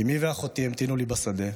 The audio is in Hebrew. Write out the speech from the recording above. אימי ואחותי המתינו לי בשדה.